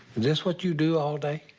this what you do all day?